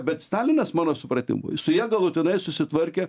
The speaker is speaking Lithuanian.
bet stalinas mano supratimu su ja galutinai susitvarkė